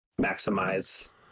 maximize